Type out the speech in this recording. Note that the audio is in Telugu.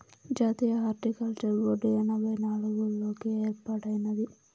జాతీయ హార్టికల్చర్ బోర్డు ఎనభై నాలుగుల్లోనే ఏర్పాటైనాది